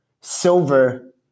Silver